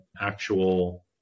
actual